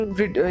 read